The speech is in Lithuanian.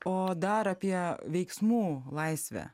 o dar apie veiksmų laisvę